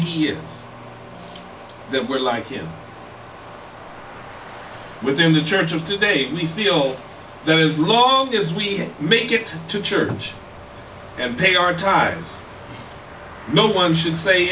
hear that we're like him within the churches today we feel that as long as we make it to church and pay our time no one should say